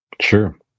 Sure